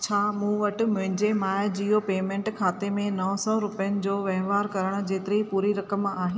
छा मूं वटि मुंहिंजे माये जिओ पेमेंट खाते में नौ सौ रुपियनि जो वहिंवार करण जेतिरी पूरी रक़म आहे